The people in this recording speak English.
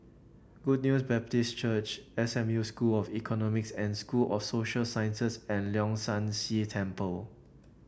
Good News Baptist Church S M U School of Economics and School of Social Sciences and Leong San See Temple